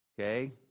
Okay